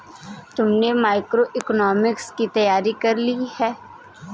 तुमने मैक्रोइकॉनॉमिक्स की तैयारी कर ली?